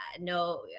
no